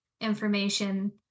information